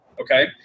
okay